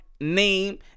name